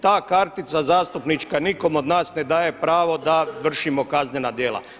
Ta kartica zastupnička nikom od nas ne daje pravo da vršimo kaznena djela.